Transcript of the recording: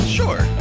sure